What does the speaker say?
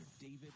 David